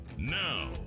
Now